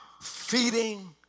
feeding